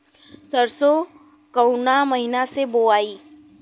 सरसो काउना महीना मे बोआई?